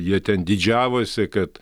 jie ten didžiavosi kad